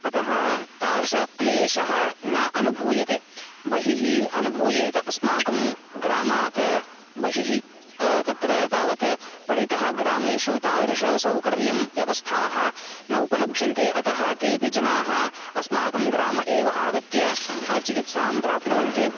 अतः तादृशक्लेशः न अनुभूयते बहिः अनुभूयेत अस्माकं ग्रामात् बहिः तत्र तावत् परितः ग्रामेषु तादृशसौकर्यं व्यवस्थाः न उपलभ्यन्ते अतः तेऽपि जनाः अस्माकं ग्राम एव आगत्य चिकित्सां प्राप्नुवन्ति